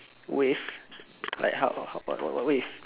wave like how how how what what what wave